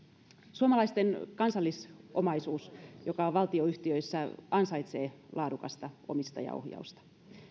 suomalaisten kansallisomaisuus joka on valtionyhtiöissä ansaitsee laadukasta omistajaohjausta